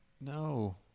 no